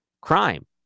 crime